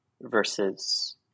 versus